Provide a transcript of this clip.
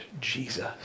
Jesus